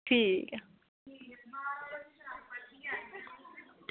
ठीक ऐ